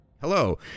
Hello